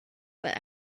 but